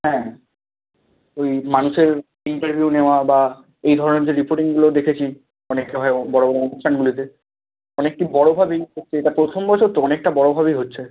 হ্যাঁ ওই মানুষের ইন্টারভিউ নেওয়া বা এই ধরনের যে রিপোর্টিংগুলো দেখেছি অনেককে হয় বড় বড় অনুষ্ঠানগুলিতে অনেকটি বড়ভাবেই এটা প্রথম বছর তো অনেকটা বড়ভাবেই হচ্ছে